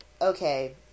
okay